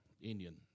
Indian